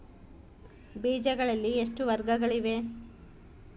ಬೇಜಗಳಲ್ಲಿ ಎಷ್ಟು ವರ್ಗಗಳಿವೆ?